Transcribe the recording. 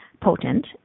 potent